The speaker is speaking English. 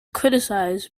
criticized